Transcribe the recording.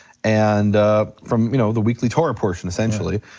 and from you know the weekly torah portion essentially,